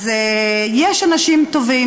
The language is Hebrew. אז יש אנשים טובים,